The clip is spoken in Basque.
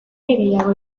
gehiago